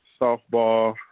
softball